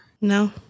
no